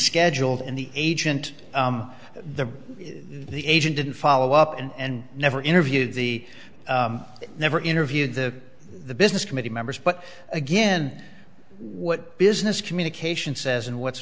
scheduled and the agent the the agent didn't follow up and never interviewed the never interviewed the business committee members but again what business communication says and what's